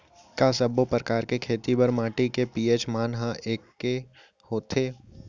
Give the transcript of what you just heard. का सब्बो प्रकार के खेती बर माटी के पी.एच मान ह एकै होथे?